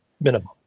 minimum